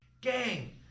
Gang